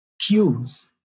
cues